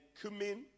cumin